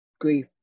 grief